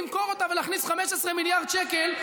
למכור אותה ולהכניס 15 מיליארד שקל,